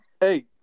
hey